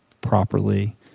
properly